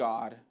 God